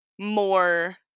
more